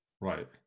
Right